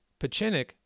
Pachinik